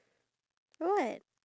ya